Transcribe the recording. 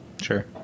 Sure